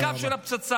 הקו של הפצצה.